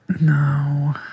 No